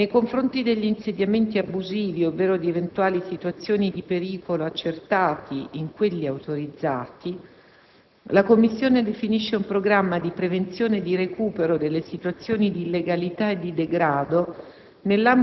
Nei confronti degli insediamenti abusivi, ovvero di eventuali situazioni di pericolo accertate in quelli autorizzati, la commissione definisce un programma di prevenzione e di recupero delle situazioni di illegalità e di degrado,